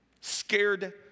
scared